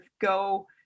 go